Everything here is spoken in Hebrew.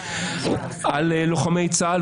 על לוחמי צה"ל,